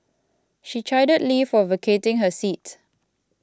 she chided Lee for vacating her seat